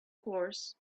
course